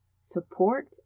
support